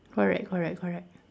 correct correct correct